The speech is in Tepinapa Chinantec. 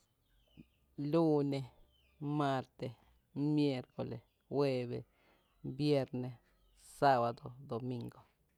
Luune, maarte, mieercole, jueeve, vieerne, saabado, domingo.